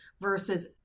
versus